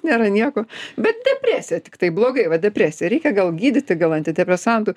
nėra nieko bet depresija tiktai blogai va depresija reikia gal gydyti gal antidepresantų